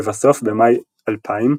לבסוף במאי 2000,